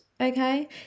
okay